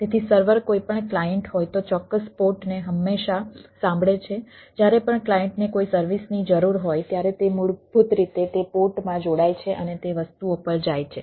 તેથી પોર્ટ 80 માં તે લોજિકલ ની જરૂર હોય ત્યારે તે મૂળભૂત રીતે તે પોર્ટમાં જોડાય છે અને તે વસ્તુઓ પર જાય છે